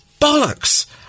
Bollocks